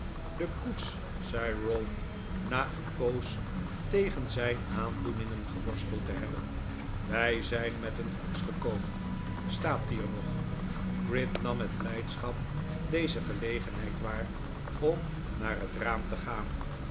de koets zei ralph na een poos tegen zijn aandoeningen geworsteld te hebben wij zijn met een koets gekomen staat die er nog gride nam met blijdschap doe gelegenheid waar om naar het raaai te gaan